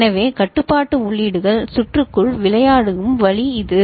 எனவே கட்டுப்பாட்டு உள்ளீடுகள் சுற்றுக்குள் விளையாடும் வழி இது